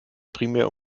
primär